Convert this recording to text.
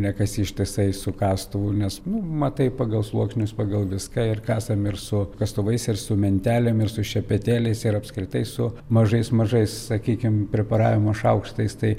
ne kas ištisai su kastuvu nes nu matai pagal sluoksnius pagal viską ir kasam ir su kastuvais ir su mentelėm ir su šepetėliais ir apskritai su mažais mažais sakykime preparavimo šaukštais tai